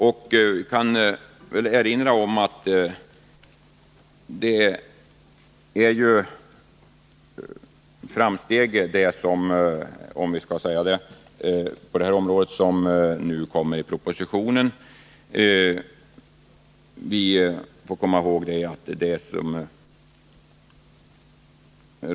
Jag vill erinra om att vad som föreslås i propositionen på detta område innebär ett framsteg.